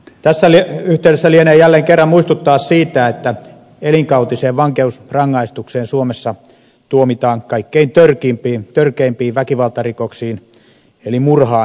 tässä yhteydessä lienee jälleen kerran syytä muistuttaa siitä että elinkautiseen vankeusrangaistukseen suomessa tuomitaan kaikkein törkeimpiin väkivaltarikoksiin eli murhaan syyllistyneet